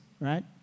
right